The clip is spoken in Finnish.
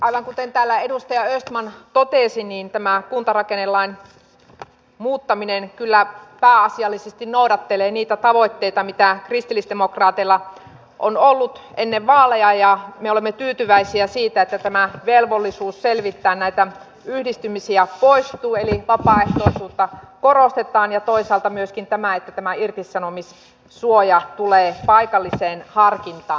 aivan kuten täällä edustaja östman totesi tämä kuntarakennelain muuttaminen kyllä pääasiallisesti noudattelee niitä tavoitteita mitä kristillisdemokraateilla on ollut ennen vaaleja ja me olemme tyytyväisiä siitä että tämä velvollisuus selvittää näitä yhdistymisiä poistuu eli vapaaehtoisuutta korostetaan ja toisaalta myöskin tästä että tämä irtisanomissuoja tulee paikalliseen harkintaan